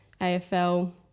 afl